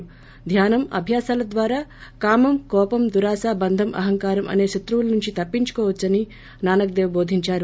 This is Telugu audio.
ే ధ్యానం అభ్యాసాల ద్వారా కామం కోపం దురాశ బంధం అహంకారం అసే శత్రువుల నుంచి తప్సించుకోవచ్చని నానక్ దేవ్ బోధించారు